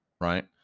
right